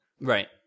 right